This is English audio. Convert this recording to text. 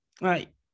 Right